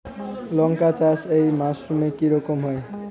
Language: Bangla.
লঙ্কা চাষ এই মরসুমে কি রকম হয়?